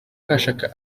aisha